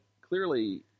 clearly